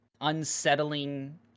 unsettling